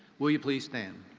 will you please stand?